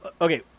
okay